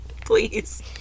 please